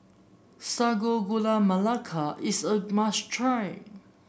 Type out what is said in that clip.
Sago Gula Melaka is a must try